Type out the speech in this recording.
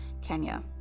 Kenya